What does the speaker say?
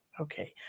Okay